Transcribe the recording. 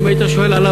אם היית שואל עליו,